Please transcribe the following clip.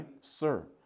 Sir